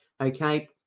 Okay